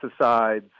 pesticides